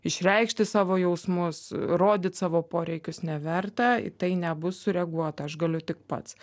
išreikšti savo jausmus rodyt savo poreikius neverta į tai nebus sureaguota aš galiu tik pats